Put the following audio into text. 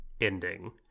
ending